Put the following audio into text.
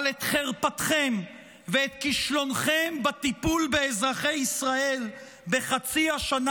אבל את חרפתכם ואת כישלונכם בטיפול באזרחי ישראל בחצי השנה